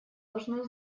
должно